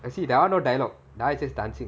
see that [one] no dialogue that [one] is just dancing